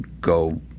go